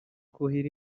kuhira